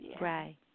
Right